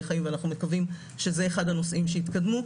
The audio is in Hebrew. חיים ואנחנו מקווים שזה אחד הנושאים שיתקדמו.